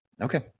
Okay